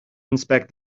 inspect